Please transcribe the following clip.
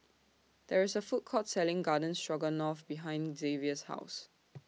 There IS A Food Court Selling Garden Stroganoff behind Zavier's House